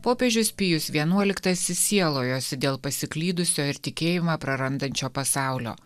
popiežius pijus vienuoliktasis sielojosi dėl pasiklydusio ir tikėjimą prarandančio pasaulio